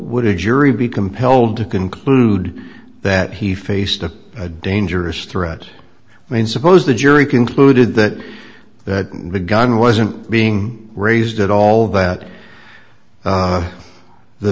would a jury be compelled to conclude that he faced a dangerous threat i mean suppose the jury concluded that that the gun wasn't being raised at all that